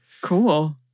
Cool